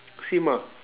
same ah